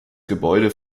gebäude